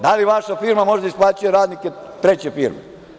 Da li vaša firma može da isplaćuje radnike treće firme?